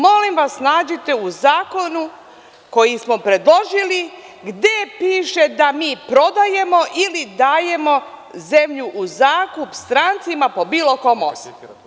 Molim vas, nađite u zakonu koji smo predložili gde piše da mi prodajemo ili dajemo zemlju u zakup strancima po bilo kom osnovu.